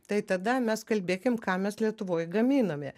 tai tada mes kalbėkim ką mes lietuvoj gaminame